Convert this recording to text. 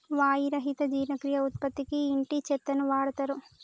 వాయి రహిత జీర్ణక్రియ ఉత్పత్తికి ఇంటి చెత్తను వాడుతారు